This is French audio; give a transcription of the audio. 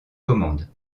commandes